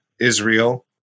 Israel